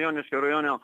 joniškio rajone